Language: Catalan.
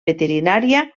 veterinària